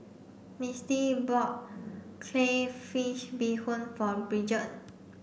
Misti bought Crayfish Beehoon for Bridger